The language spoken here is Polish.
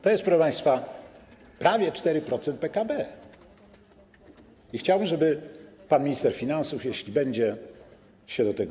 To jest, proszę państwa, prawie 4% PKB i chciałbym, żeby pan minister finansów, jeśli będzie, odniósł się do tego.